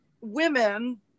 women